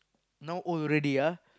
now old already ya